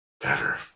better